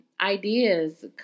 ideas